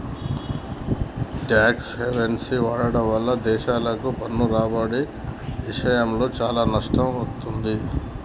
tax హెవెన్ని వాడటం వల్ల దేశాలకు పన్ను రాబడి ఇషయంలో చానా నష్టం వత్తది